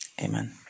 amen